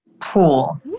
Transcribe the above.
Pool